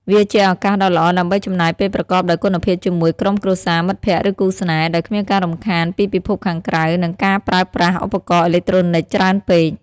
វាជាឱកាសដ៏ល្អដើម្បីចំណាយពេលប្រកបដោយគុណភាពជាមួយក្រុមគ្រួសារ មិត្តភ័ក្តិ ឬគូស្នេហ៍ ដោយគ្មានការរំខានពីពិភពខាងក្រៅ និងការប្រើប្រាស់ឧបករណ៍អេឡិចត្រូនិកច្រើនពេក។